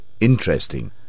Interesting